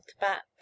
back